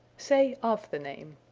say, of the name.